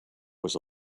was